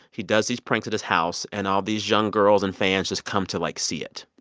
he does these pranks at his house, and all these young girls and fans just come to, like, see it.